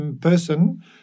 person